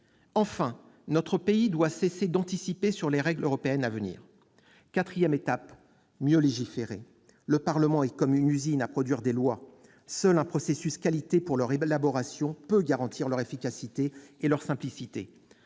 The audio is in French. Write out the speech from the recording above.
Enfin, notre pays doit cesser d'anticiper sur les règles européennes à venir. La quatrième étape consiste à mieux légiférer. Le Parlement est comme une usine à produire des lois. Seul un processus qualité pour leur élaboration peut garantir leur efficacité et leur simplicité.